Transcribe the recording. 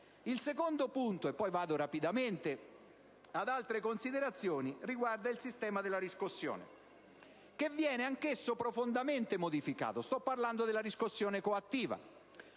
Il secondo punto - poi vado rapidamente ad altre considerazioni - riguarda il sistema della riscossione, che viene anch'esso profondamente modificato: sto parlando della riscossione coattiva.